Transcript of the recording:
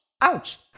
Ouch